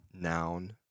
noun